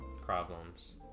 problems